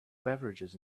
beverages